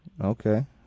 Okay